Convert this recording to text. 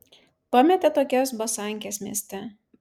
pametė tokias basankes mieste